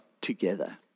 together